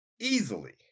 easily